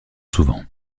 souvent